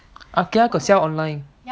ikea got sell online